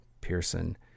Pearson